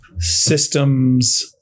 systems